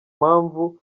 mpamvu